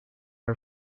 are